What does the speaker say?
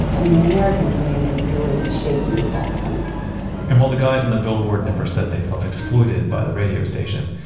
i mean the american dream was really shaky at that point and while the guys on and the billboard never said they felt exploited by the radio station,